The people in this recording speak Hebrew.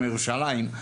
יום ירושלים,